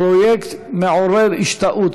פרויקט מעורר השתאות,